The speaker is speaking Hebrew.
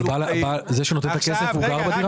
אבל זה שנותן את הכסף הוא גר בדירה?